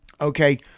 okay